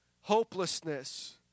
hopelessness